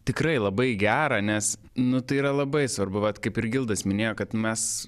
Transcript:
tikrai labai gerą nes nu tai yra labai svarbu vat kaip ir gildas minėjo kad mes